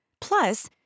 Plus